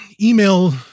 email